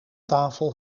tafel